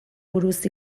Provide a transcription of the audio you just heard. buruz